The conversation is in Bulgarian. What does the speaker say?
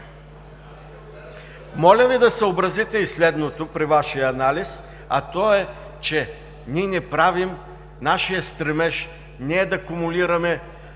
Моля Ви да съобразите и следното при Вашия анализ, а то е, че ние не правим, нашият стремеж не е да кумулираме